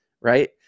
right